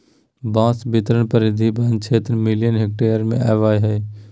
बांस बितरण परिधि वन क्षेत्र मिलियन हेक्टेयर में अबैय हइ